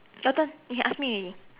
your turn you can ask me already